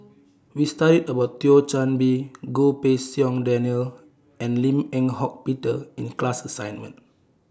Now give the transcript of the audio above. We studied about Thio Chan Bee Goh Pei Siong Daniel and Lim Eng Hock Peter in The class assignment